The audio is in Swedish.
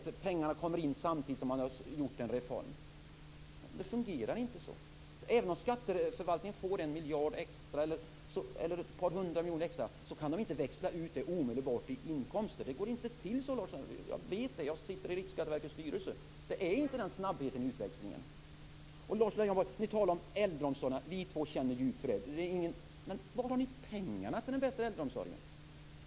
Ni tror att pengarna kommer in samtidigt som man gör en reform. Det fungerar inte så. Även om skatteförvaltningen får en miljard eller ett par hundra miljoner extra kan man inte omedelbart växla ut det i inkomster. Det går inte till så, Lars Leijonborg. Jag sitter i Riksskatteverkets styrelse, så jag vet det. Det är inte den snabbheten i utväxlingen. Ni talar om äldreomsorgen. Vi två känner djupt för den. Men var har ni pengarna till den bättre äldreomsorgen?